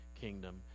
kingdom